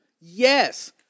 Yes